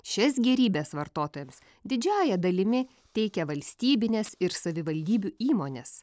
šias gėrybes vartotojams didžiąja dalimi teikia valstybinės ir savivaldybių įmonės